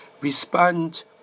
respond